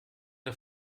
der